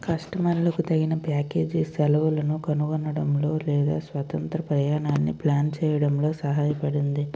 customer లకు తగిన package సెలవులను కనుగొనడంలో లేదా స్వతంత్ర ప్రయాణాన్ని ప్లాన్ చేయడంలో సహాయపడింది